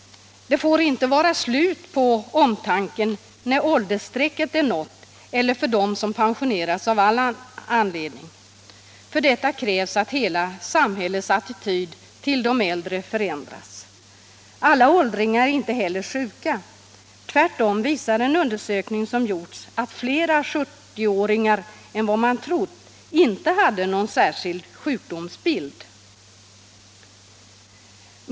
Det får inte vara slut på omtanken när åldersstrecket är nått eller när man pensionerats av annan anledning. För detta krävs att hela samhällets attityd till de äldre förändras. Alla åldringar är inte heller sjuka. Tvärtom visar en undersökning som gjorts att fler 70-åringar än man trott inte hade någon särskild sjukdomsbild.